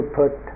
put